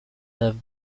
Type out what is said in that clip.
have